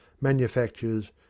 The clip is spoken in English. manufactures